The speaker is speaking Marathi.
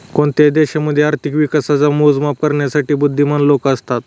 कोणत्याही देशामध्ये आर्थिक विकासाच मोजमाप करण्यासाठी बुध्दीमान लोक असतात